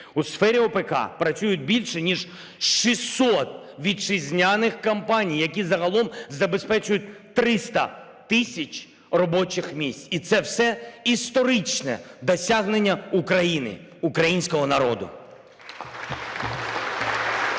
У сфері ОПК працюють більше ніж 600 вітчизняних компаній, які загалом забезпечують 300 тисяч робочих місць. І це все історичне досягнення України, українського народу!